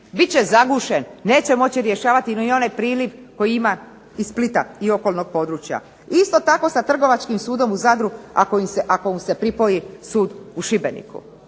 će zagušen neće moći rješavati ni onaj priliv koji ima iz Splita i okolnog područja. Isto tako sa Trgovačkim sudom u Zadru ako im s pripoji sud u Šibeniku.